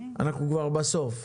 אנחנו כבר בסוף.